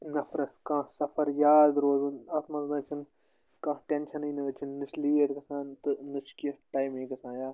نَفرَس کانٛہہ سَفر یاد روزُن اَتھ منٛز نَہ حظ چھُنہٕ کانٛہہ ٹیٚنشنٕے نَہ حظ چھُنہٕ نَہ چھُ لیٹ گژھان تہٕ نَہ چھُ کیٚنٛہہ ٹایمٕے گژھان یا